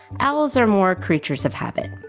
owls are more creatures of habit.